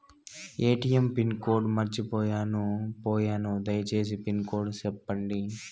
ATM pin code మర్చిపోయాను పోయాను దయసేసి పిన్ కోడ్ సెప్పండి?